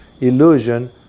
illusion